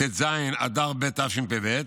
ט"ז באדר ב' תשפ"ד.